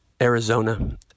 Arizona